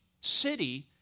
city